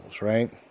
right